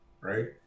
right